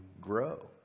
grow